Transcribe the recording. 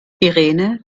irene